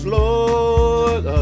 lord